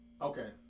Okay